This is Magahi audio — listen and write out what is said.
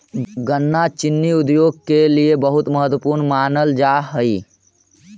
गन्ना चीनी उद्योग के लिए बहुत महत्वपूर्ण मानल जा हई